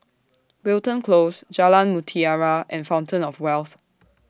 Wilton Close Jalan Mutiara and Fountain of Wealth